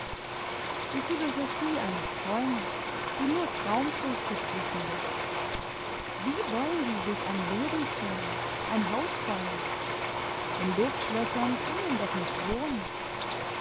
die philosophie eines träumers die nur traumfrüchte pflücken wird wie wollen sie sich ein leben zimmern ein haus bauen in luftschlössern kann man doch nicht wohnen